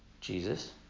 Jesus